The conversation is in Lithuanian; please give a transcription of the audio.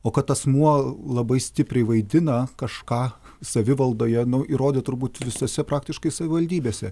o kad asmuo labai stipriai vaidina kažką savivaldoje nu įrodė turbūt visose praktiškai savivaldybėse